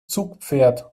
zugpferd